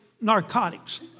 narcotics